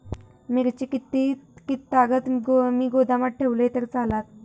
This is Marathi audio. मिरची कीततागत मी गोदामात ठेवलंय तर चालात?